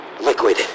Liquid